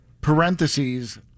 parentheses